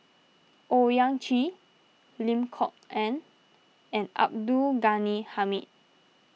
Owyang Chi Lim Kok Ann and Abdul Ghani Hamid